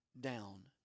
down